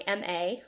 MA